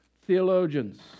Theologians